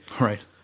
right